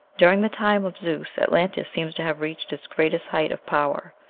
during the time of zeus atlantis seems to have reached its greatest height of power.